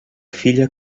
filla